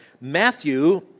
Matthew